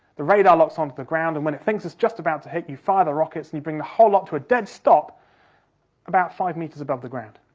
the radar locks onto the ground, and when it thinks it's just about to hit, you fire the rockets and you bring the whole lot to a dead stop about five metres above the ground,